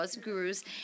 gurus